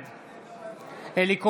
בעד אלי כהן,